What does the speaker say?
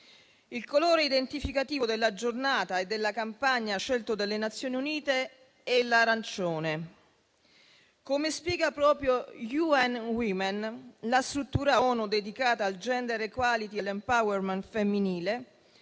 Il colore identificativo della giornata e della campagna scelto dalle Nazioni Unite è l'arancione. Come spiega proprio UN Women, la struttura ONU dedicata al *gender equality* e all'*empowerment* femminile,